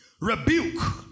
Rebuke